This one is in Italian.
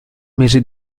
mese